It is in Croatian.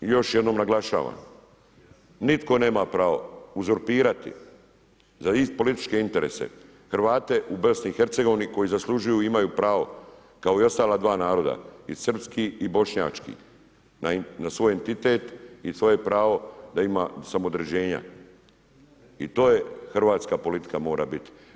Još jednom naglašavam, nitko nema pravo uzupirati za političke interese Hrvate u BiH koji zaslužuju i imaju pravo kao i ostala dva naroda i srpski i bošnjački na svoj entitet i svoje pravo da ima samoodređenja i to hrvatska politika mora biti.